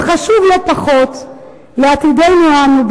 וחשוב לא פחות לעתידנו אנו,